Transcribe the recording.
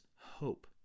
hope